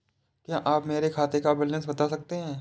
क्या आप मेरे खाते का बैलेंस बता सकते हैं?